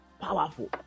powerful